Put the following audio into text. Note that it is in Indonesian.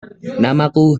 namaku